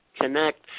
connect